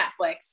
Netflix